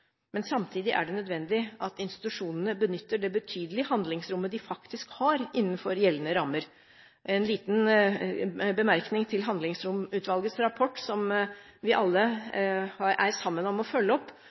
Men samtidig er det nødvendig at institusjonene benytter det betydelige handlingsrommet de faktisk har, innenfor gjeldende rammer. En liten bemerkning til Handlingsromutvalgets rapport som vi alle er sammen om å følge opp,